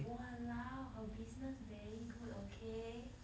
!walao! her business very good okay